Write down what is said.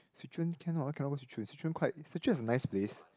Swee Choon can what why cannot go Swee Choon Swee Choon quite Swee Choon is a nice place